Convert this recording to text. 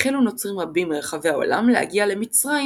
החלו נוצרים רבים מרחבי העולם להגיע למצרים